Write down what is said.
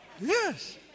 Yes